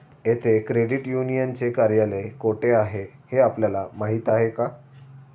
येथे क्रेडिट युनियनचे कार्यालय कोठे आहे हे आपल्याला माहित आहे का?